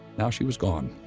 now she was gone,